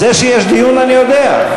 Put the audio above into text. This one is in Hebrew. זה שיש דיון אני יודע.